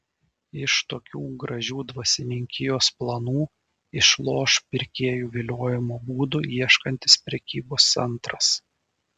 iš tokių gražių dvasininkijos planų išloš pirkėjų viliojimo būdų ieškantis prekybos centras